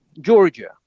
Georgia